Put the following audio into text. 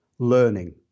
learning